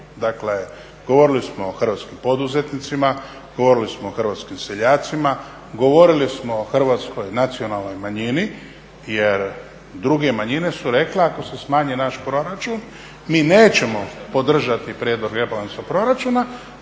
Dakle govorili smo o hrvatskim poduzetnicima, govorili smo o hrvatskim seljacima, govorili smo o Hrvatskoj nacionalnoj manjini jer druge manjine su rekle ako se smanji naš proračun mi nećemo podržati prijedlog rebalansa proračuna,